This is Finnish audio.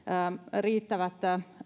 riittävät